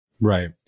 Right